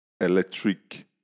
electric